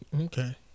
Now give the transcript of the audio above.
okay